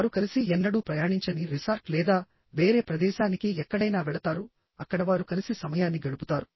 వారు కలిసి ఎన్నడూ ప్రయాణించని రిసార్ట్ లేదా వేరే ప్రదేశానికి ఎక్కడైనా వెళతారు అక్కడ వారు కలిసి సమయాన్ని గడుపుతారు